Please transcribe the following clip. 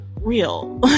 real